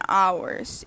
hours